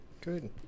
Good